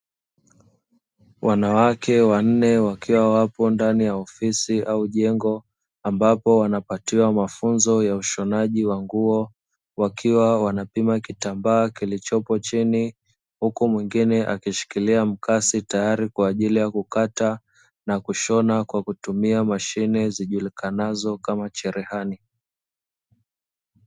Wanawake wanne wakiwa wapo ndani ya ofisi au jengo ambapo wanapatiwa mafunzo ya ushonaji wa nguo, wakiwa wanapima kitambaa kilichopo chini huku mwingine akishikiria mkasi tayari kwa ajili ya kukata, na kushona kwa kutumia mashine zijulikanazo kama cherehani.